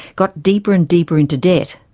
got deeper and deeper into debt.